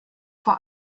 vor